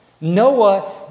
Noah